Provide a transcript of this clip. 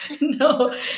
no